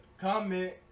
Comment